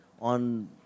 on